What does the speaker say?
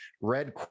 red